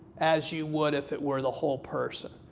as you would if it were the whole person.